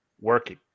working